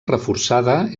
reforçada